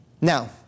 Now